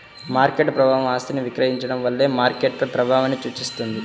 market ప్రభావం ఆస్తిని విక్రయించడం వల్ల మార్కెట్పై ప్రభావాన్ని సూచిస్తుంది